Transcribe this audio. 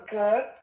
good